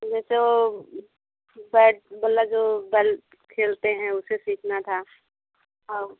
ये जो बैएट बल्ला जो बैट खेलते हैं उसे सीखना था हाँ